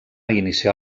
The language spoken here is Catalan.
iniciar